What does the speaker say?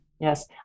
Yes